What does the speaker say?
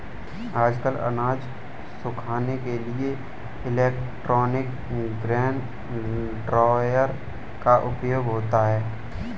आजकल अनाज सुखाने के लिए इलेक्ट्रॉनिक ग्रेन ड्रॉयर का उपयोग होता है